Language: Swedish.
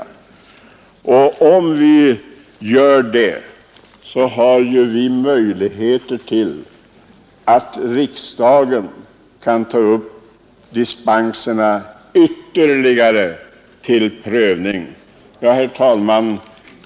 Om vi gör det finns det ju möjligheter för riksdagen att ta upp dispenserna till ytterligare prövning. Herr talman!